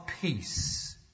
peace